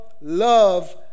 love